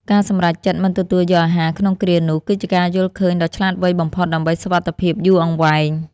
ការសម្រេចចិត្តមិនទទួលយកអាហារក្នុងគ្រានោះគឺជាការយល់ឃើញដ៏ឆ្លាតវៃបំផុតដើម្បីសុវត្ថិភាពយូរអង្វែង។